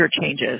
changes